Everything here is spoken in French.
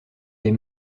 des